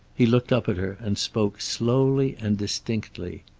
he looked up at her and spoke slowly and distinctly.